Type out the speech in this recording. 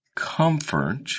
Comfort